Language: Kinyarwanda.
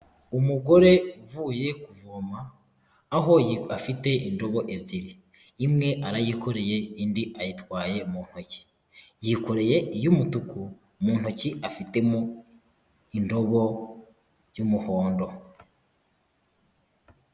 Umugore uvuye kuvoma aho afite indobo ebyiri imwe arayikoreye indi ayitwaye mu ntoki yikoreye iyu mutuku mu ntoki afitemo indobo y'umuhondo.